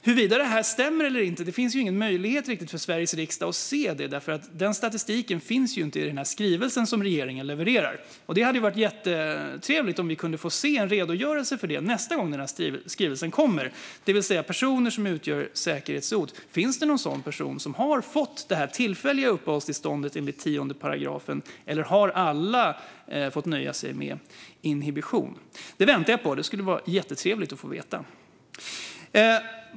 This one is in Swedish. Huruvida detta stämmer eller inte finns det inte någon möjlighet för Sveriges riksdag att se, eftersom denna statistik inte finns i den skrivelse som regeringen levererar. Det skulle vara trevligt om vi kunde få se en redogörelse av det nästa gång denna skrivelse kommer, det vill säga om personer som utgör säkerhetshot. Finns det någon sådan person som har fått detta tillfälliga uppehållstillstånd enligt § 10, eller har alla fått nöja sig med inhibition? Jag väntar på att få veta det.